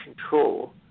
control